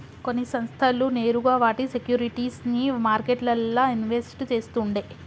కొన్ని సంస్థలు నేరుగా వాటి సేక్యురిటీస్ ని మార్కెట్లల్ల ఇన్వెస్ట్ చేస్తుండే